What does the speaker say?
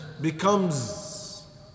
becomes